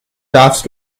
darfst